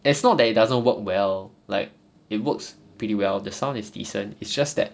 it's not that it doesn't work well like it works pretty well the sound is decent it's just that